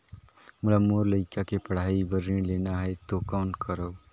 मोला मोर लइका के पढ़ाई बर ऋण लेना है तो कौन करव?